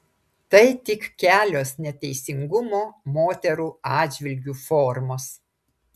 tai tik kelios neteisingumo moterų atžvilgiu formos